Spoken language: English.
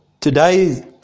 Today